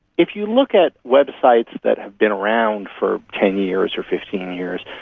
if you look at websites that have been around for ten years or fifteen years,